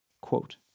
Quote